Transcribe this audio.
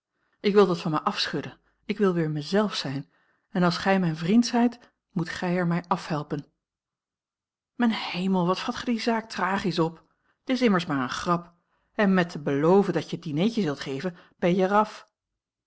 ik wil dat van mij afschudden ik wil weer mij zelf zijn en als gij mijn vriend zijt moet gij er mij afhelpen mijn hemel wat vat gij die zaak tragisch op t is immers maar eene grap en met te beloven dat je het dineetje zult geven ben je er